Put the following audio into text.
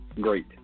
Great